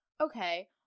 okay